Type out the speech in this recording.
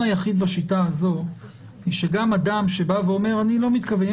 בשיטה הזאת היא שגם אדם שאומר שהוא לא מתכוון,